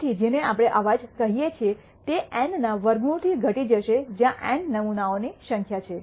તેથી જેને આપણે અવાજ કહીએ છીએ તે N ના વર્ગમૂળથી ઘટી જશે જ્યાં N નમૂનાઓની સંખ્યા છે